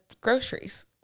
groceries